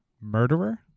murderer